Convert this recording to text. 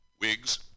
wigs